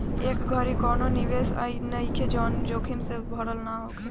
ए घड़ी कवनो निवेश अइसन नइखे जवन जोखिम से भरल ना होखे